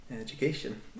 education